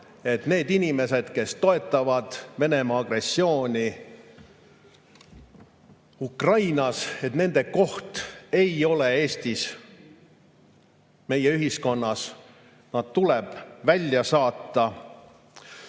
et need inimesed, kes toetavad Venemaa agressiooni Ukrainas – nende koht ei ole Eestis, meie ühiskonnas. Nad tuleb välja saata.